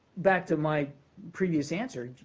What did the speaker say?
back to my previous answer,